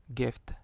gift